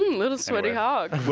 little sweaty hog.